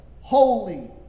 holy